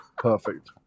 perfect